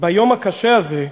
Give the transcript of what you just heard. ביום הקשה הזה,